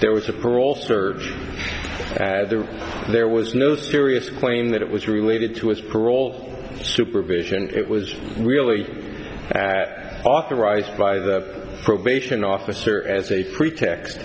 there was a parole surge at the there was no serious claim that it was related to his parole supervision it was really at authorized by the probation officer as a pretext